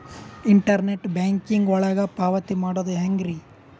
Internet banking ಒಳಗ ಪಾವತಿ ಮಾಡೋದು ಹೆಂಗ್ರಿ?